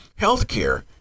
Healthcare